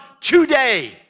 today